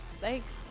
thanks